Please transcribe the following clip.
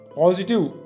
positive